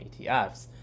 ETFs